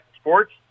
sports